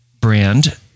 brand